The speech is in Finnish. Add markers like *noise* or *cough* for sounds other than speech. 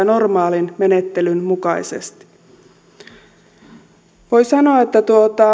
*unintelligible* normaalin menettelyn mukaisesti voi sanoa että